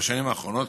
בשנים האחרונות,